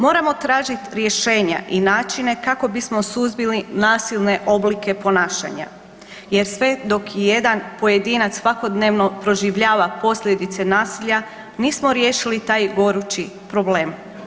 Moramo tražiti rješenja i načine kako bismo suzbili nasilne oblike ponašanja, jer sve dok i jedan pojedinac svakodnevno proživljava posljedice nasilja nismo riješili taj gorući problem.